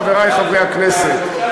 חברי חברי הכנסת,